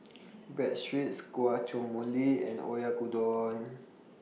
Breadsticks Guacamole and Oyakodon